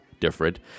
Different